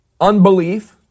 Unbelief